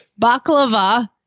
baklava